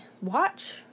watch